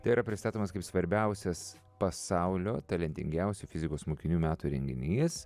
tai yra pristatomas kaip svarbiausias pasaulio talentingiausių fizikos mokinių metų renginys